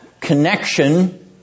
connection